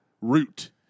Root